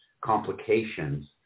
complications